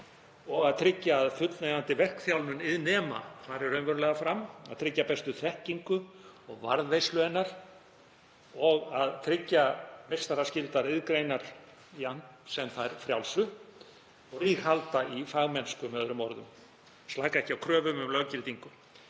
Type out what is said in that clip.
og tryggja að fullnægjandi verkþjálfun iðnnema fari raunverulega fram, að tryggja bestu þekkingu og varðveislu hennar og tryggja meistaraskyldar iðngreinar jafnt sem þær frjálsu og ríghalda í fagmennsku, með öðrum orðum, slaka ekki á kröfu um löggildingu.